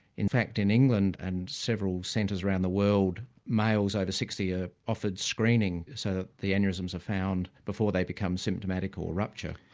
in fact in england and several centres around the world, males over sixty are offered screening, so that the aneurysms are found before they become symptomatic or rupture.